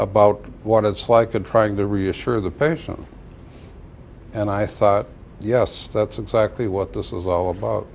about what it's like in trying to reassure the patient and i thought yes that's exactly what this is all about